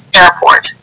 airport